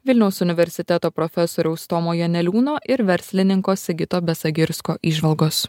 vilniaus universiteto profesoriaus tomo janeliūno ir verslininko sigito besagirsko įžvalgos